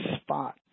spot